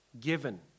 given